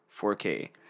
4K